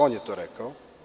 On je to rekao.